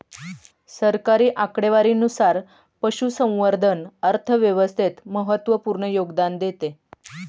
सरकारी आकडेवारीनुसार, पशुसंवर्धन अर्थव्यवस्थेत महत्त्वपूर्ण योगदान देते